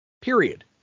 period